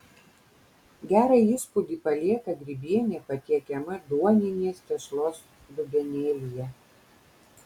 gerą įspūdį palieka grybienė patiekiama duoninės tešlos dubenėlyje